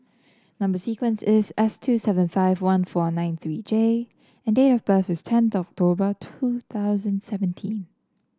number sequence is S two seven five one four nine three J and date of birth is tenth October two thousand and seventeen